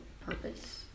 purpose